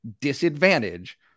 disadvantage